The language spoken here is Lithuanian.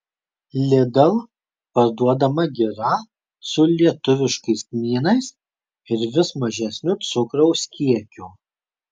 lidl parduodama gira su lietuviškais kmynais ir vis mažesniu cukraus kiekiu